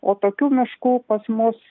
o tokių miškų pas mus